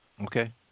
Okay